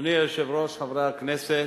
אדוני היושב-ראש, חברי הכנסת,